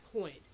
point